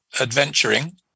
adventuring